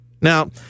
Now